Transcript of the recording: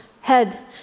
head